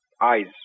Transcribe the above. eyes